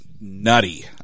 nutty